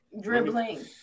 Dribbling